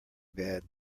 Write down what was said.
bad